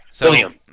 William